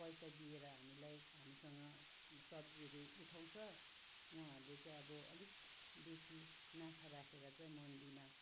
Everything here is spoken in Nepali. दिएर हामीलाई हामीसँग सब्जीहरू उठाउँछ उहाँहरूले चाहिँ अब अलिक बेसी नाफा राखेर चाहिँ मन्डीमा